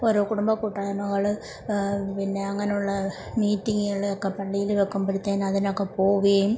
ഓരോ കുടുംബ കൂട്ടായ്മകൾ പിന്നെ അങ്ങനെയുള്ള മീറ്റിങ്ങുകൾ ഒക്കെ പള്ളിയിൽ വയ്ക്കുമ്പോഴത്തേന് അതിനൊക്കെ പോവുകയും